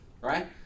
right